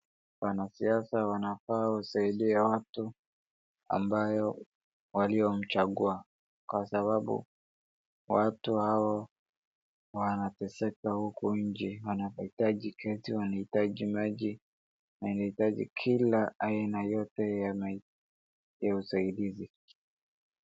Wanasiasa wanafaa wasaidie watu ambayo waliomchagua, kwa sababu watu hao wanateseka huku nje. Wanahitaji kiti, wanahitaji maji, wanahitaji kila aina yote ya usaidizi.